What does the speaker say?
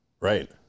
Right